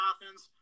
Athens